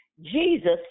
Jesus